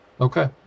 Okay